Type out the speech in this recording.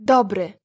Dobry